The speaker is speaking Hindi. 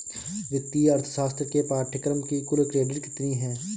वित्तीय अर्थशास्त्र के पाठ्यक्रम की कुल क्रेडिट कितनी है?